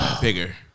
Bigger